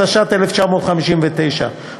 התשי"ט 1959,